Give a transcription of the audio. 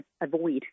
avoid